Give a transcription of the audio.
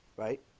right